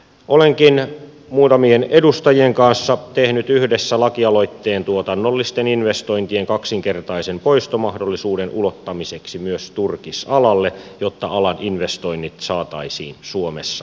olenkin muutamien edustajien kanssa tehnyt yhdessä lakialoitteen tuotannollisten investointien kaksinkertaisen poistomahdollisuuden ulottamiseksi myös turkisalalle jotta alan investoinnit saataisiin suomessa kasvuun